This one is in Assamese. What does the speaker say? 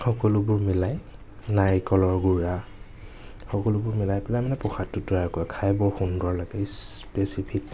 সকলোবোৰ মিলাই নাৰিকলৰ গুৰা সকলোবোৰ মিলাই পেলাই মানে প্ৰসাদটো তৈয়াৰ কৰে খায় বৰ সুন্দৰ লাগে স্পেছিফিক